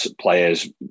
players